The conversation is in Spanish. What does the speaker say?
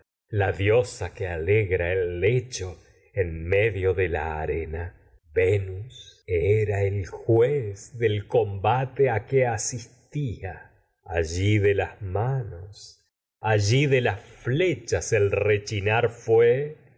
la diosa la arena que alegra el lecho en medio de a que venus era el juez del combate asistía al allí de las manos los allí de las flechas el cuernos rechinar fué